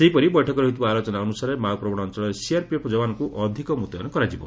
ସେହିପରି ବୈଠକରେ ହୋଇଥିବା ଆଲୋଚନା ଅନୁସାରେ ମାଓ ପ୍ରବଶ ଅଞ୍ଞଳରେ ସିଆରପିଏଫ ଯବାନଙ୍କୁ ଅଧିକ ମୁତୟନ କରାଯିବ